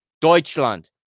Deutschland